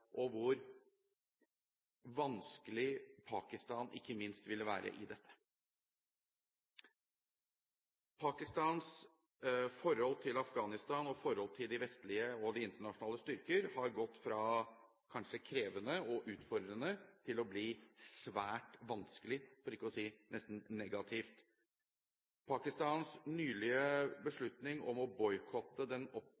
vanskelig ikke minst Pakistan ville være i dette. Pakistans forhold til Afghanistan og til de vestlige og internasjonale styrkene har gått fra kanskje krevende og utfordrende til å bli svært vanskelig, for ikke å si nesten negativt. Pakistans nylige